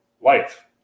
life